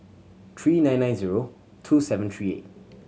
three nine nine zero two seven three eight